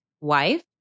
wife